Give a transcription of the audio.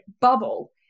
Bubble